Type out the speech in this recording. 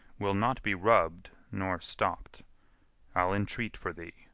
will not be rubb'd nor stopp'd i'll entreat for thee.